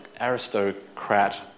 Aristocrat